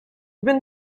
been